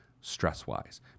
stress-wise